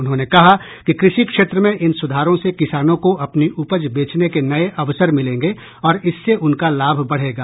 उन्होंने कहा कि कृषि क्षेत्र में इन सुधारों से किसानों को अपनी उपज बेचने के नए अवसर मिलेंगे और इससे उनका लाभ बढ़ेगा